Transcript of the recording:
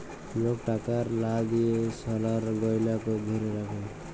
lock টাকার লা দিঁয়ে সলার গহলা ধ্যইরে রাখে